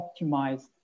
optimized